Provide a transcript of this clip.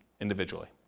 individually